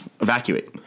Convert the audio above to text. Evacuate